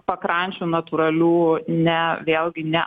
pakrančių natūralių ne vėlgi ne